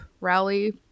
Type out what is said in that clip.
rally